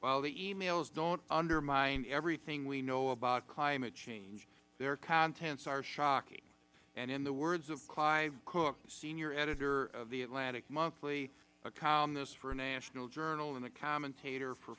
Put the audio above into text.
while the e mails don't undermine everything we know about climate change their contents are shocking and in the words of clive cook senior editor of the atlantic monthly a columnist for national journal and a commentator for